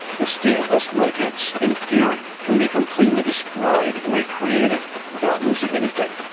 the stateless widgets in theory can be completely destroyed and re-created without losing anything,